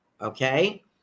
okay